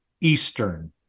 Eastern